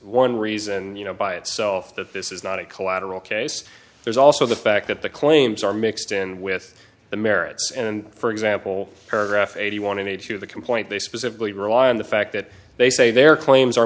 one reason and you know by itself that this is not a collateral case there's also the fact that the claims are mixed in with the merits and for example paragraph eighty one eighty two of the complaint they specifically rely on the fact that they say their claims are